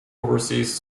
overseas